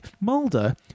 Mulder